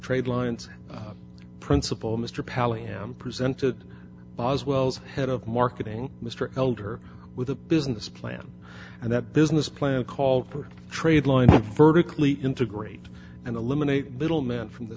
trade lines principal mr palin am presented boswell's head of marketing mr elder with a business plan and that business plan called for trade line vertically integrate and eliminate middlemen from the